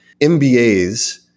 MBAs